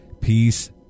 Peace